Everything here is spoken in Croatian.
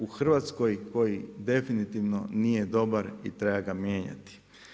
u Hrvatskoj koji definitivno nije dobar i treba mijenjati.